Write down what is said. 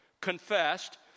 confessed